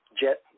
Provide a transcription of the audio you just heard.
jet